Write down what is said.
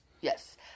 Yes